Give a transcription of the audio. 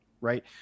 right